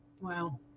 Wow